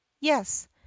yes